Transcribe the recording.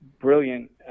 brilliant